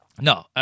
No